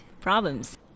problems